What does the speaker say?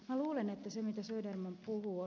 luulen että se mitä ed